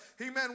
amen